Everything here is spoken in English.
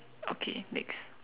okay next